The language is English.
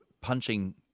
punching